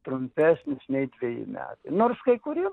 trumpesnis nei dveji metai nors kai kurie